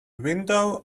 window